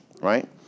right